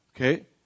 okay